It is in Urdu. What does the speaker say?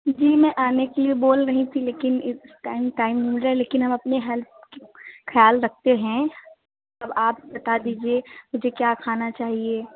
جی میں آنے کے لیے بول رہی تھی لیکن اس ٹائم ٹائم نہیں مل رہا ہے لیکن میں اپنے ہیلتھ خیال رکھتے ہیں اب آپ بتا دیجیے مجھے کیا کھانا چاہیے